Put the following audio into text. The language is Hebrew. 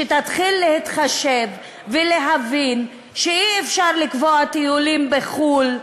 שתתחיל להתחשב ולהבין שאי-אפשר לקבוע טיולים בחו"ל,